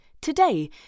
today